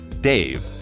dave